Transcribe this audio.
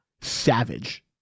Savage